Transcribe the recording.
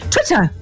Twitter